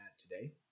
today